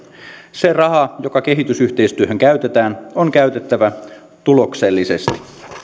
se raha joka kehitysyhteistyöhön käytetään on käytettävä tuloksellisesti